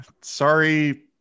Sorry